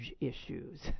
issues